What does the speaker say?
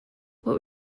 were